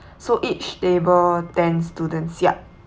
so each table ten students yup